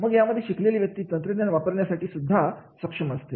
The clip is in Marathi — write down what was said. मग यामध्ये शिकलेली व्यक्ती तंत्रज्ञान वापरण्यासाठी सुद्धा सक्षम असते